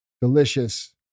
delicious